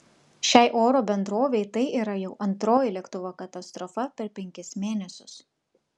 šiai oro bendrovei tai yra jau antroji lėktuvo katastrofa per penkis mėnesius